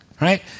right